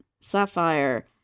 Sapphire